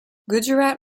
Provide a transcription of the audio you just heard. gujarat